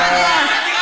תודה.